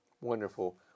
Wonderful